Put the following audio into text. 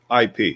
IP